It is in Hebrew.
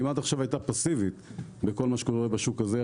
אם עד עכשיו היא הייתה פסיבית לגבי כל מה שקורה בשוק הזה,